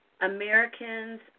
Americans